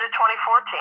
2014